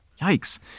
Yikes